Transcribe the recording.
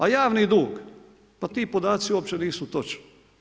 A javni dug, pa ti podaci uopće nisu točni.